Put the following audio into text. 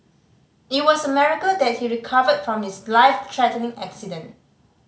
it was a miracle that he recovered from his life threatening accident